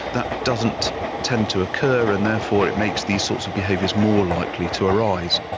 that doesn't tend to occur and therefore it makes these sorts of behaviours more likely to arise.